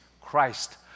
Christ